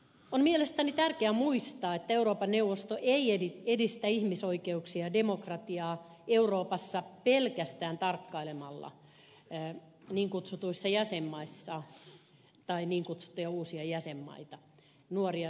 on mielestäni tärkeää muistaa että euroopan neuvosto ei edistä ihmisoikeuksia ja demokratiaa euroopassa pelkästään tarkkailemalla niin kutsuttuja uusia jäsenmaita nuoria demokratioita